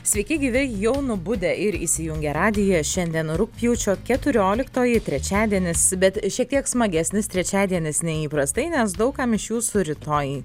sveiki gyvi jau nubudę ir įsijungę radiją šiandien rugpjūčio keturioliktoji trečiadienis bet šiek tiek smagesnis trečiadienis nei įprastai nes daug kam iš jūsų rytoj